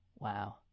Wow